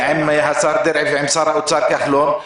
עם השר דרעי ושר האוצר כחלון,